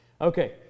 Okay